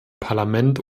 parlament